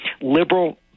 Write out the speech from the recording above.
liberal